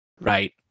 Right